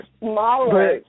smaller